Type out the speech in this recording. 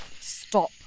Stop